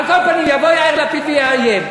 על כל פנים, יבוא יאיר לפיד ויאיים.